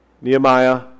Nehemiah